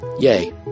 Yay